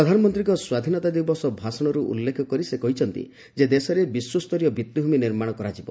ପ୍ରଧାନମନ୍ତ୍ରୀଙ୍କ ସ୍ୱାଧୀନତା ଦିବସ ଭାଷଣରୁ ଉଲ୍ଲେଖ କରି ସେ କହିଛନ୍ତି ଯେ ଦେଶରେ ବିଶ୍ୱସ୍ତରୀୟ ଭିଭିଭୂମି ନିର୍ମାଣ କରାଯିବ